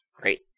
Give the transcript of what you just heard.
Great